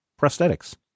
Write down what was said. prosthetics